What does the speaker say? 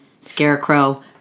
Scarecrow